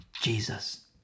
Jesus